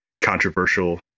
controversial